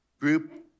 group